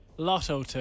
Lotto